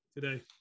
today